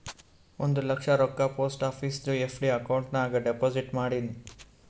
ಒಂದ್ ಲಕ್ಷ ರೊಕ್ಕಾ ಪೋಸ್ಟ್ ಆಫೀಸ್ದು ಎಫ್.ಡಿ ಅಕೌಂಟ್ ನಾಗ್ ಡೆಪೋಸಿಟ್ ಮಾಡಿನ್